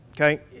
okay